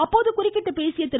அப்போது குறுக்கிட்டு பேசிய திரு